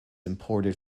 imported